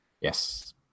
Yes